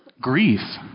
grief